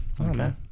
Okay